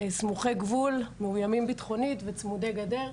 סמוכי גבול, מאוימים ביטחונית וצמודי גדר.